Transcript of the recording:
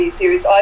series